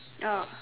oh